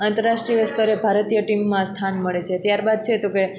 આંતર રાષ્ટ્રિય સ્તરે ભારતીય ટીમમાં સ્થાન મળે છે ત્યારબાદ છે તો કે